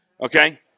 okay